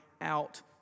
out